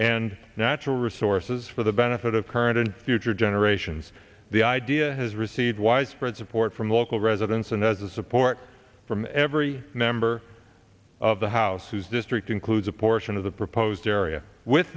and natural resources for the benefit of current and future generations the idea has received widespread support from local residents and has the support from every member of the house whose district includes a portion of the proposed area with